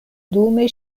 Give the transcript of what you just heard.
dume